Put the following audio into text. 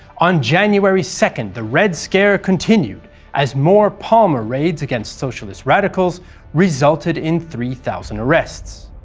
on january second the red scare continued as more palmer raids against socialist radicals result and in three thousand arrests.